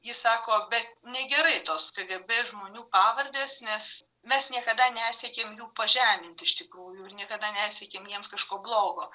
ji sako bet negerai tos kgb žmonių pavardės nes mes niekada nesiekėm jų pažemint iš tikrųjų ir niekada nesiekėm jiems kažko blogo